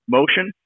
motion